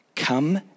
Come